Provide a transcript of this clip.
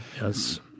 Yes